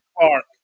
Park